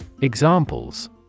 Examples